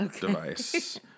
device